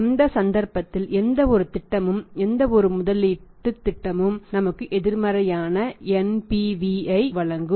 அந்த சந்தர்ப்பத்தில் எந்தவொரு திட்டமும் எந்தவொரு முதலீட்டு திட்டமும் நமக்கு எதிர்மறையான NPVஐ வழங்கும்